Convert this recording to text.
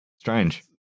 Strange